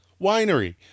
Winery